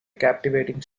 captivating